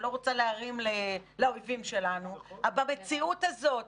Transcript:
לא רוצה להרים לאויבים שלנו במציאות הזאת,